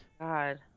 God